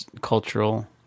cultural